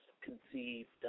conceived